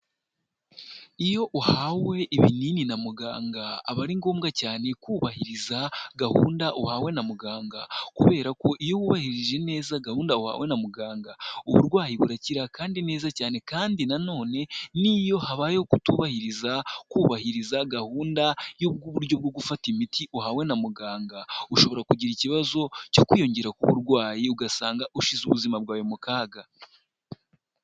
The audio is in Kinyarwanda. Iyo uhawe ibinini na muganga aba ari ngombwa cyane kubahiriza gahunda uhawe na muganga kubera ko iyo wubahirije neza gahunda wahawe na muganga, uburwayi burakira kandi neza cyane kandi nanone n'iyo habayeho kutubahiriza kubahiriza gahunda y'ubwo buryo bwo gufata imiti uhawe na muganga, ushobora kugira ikibazo cyo kwiyongera k'uburwayi ugasanga ushize ubuzima bwawe mu kaga.